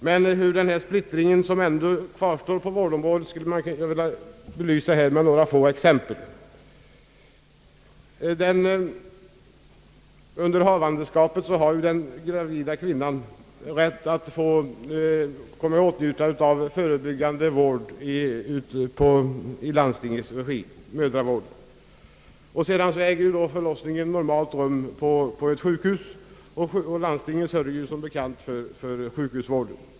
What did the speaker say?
Jag skall emellertid med några få exempel belysa den splitt Under havandeskapet har den gravida kvinnan rätt att få komma i åtnjutande av förebyggande vård i landstingets regi, den s.k. mödravården. Förlossningen äger normalt rum på ett sjukhus och landstinget sörjer som bekant för sjukhusvården.